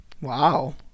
wow